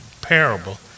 parable